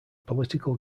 political